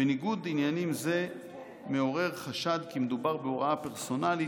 וניגוד עניינים זה מעורר חשד כי מדובר בהוראה פרסונלית